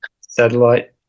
satellite